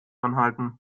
anhalten